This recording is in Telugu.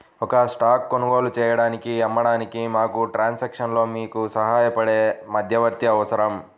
ఒక స్టాక్ కొనుగోలు చేయడానికి, అమ్మడానికి, మీకు ట్రాన్సాక్షన్లో మీకు సహాయపడే మధ్యవర్తి అవసరం